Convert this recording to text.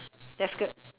that's good